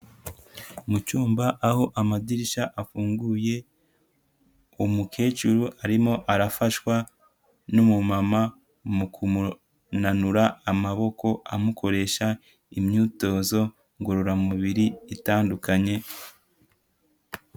Mucyumba aho amadirishya afunguye, umukecuru arimo arafashwa n'umumama mu kumunanura amaboko amukoresha imyitozo ngororamubiri itandukanye.